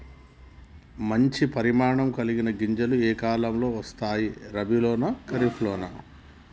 మంచి పరిమాణం ఉండే గింజలు ఏ కాలం లో వస్తాయి? రబీ లోనా? ఖరీఫ్ లోనా?